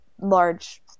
large